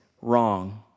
wrong